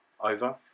over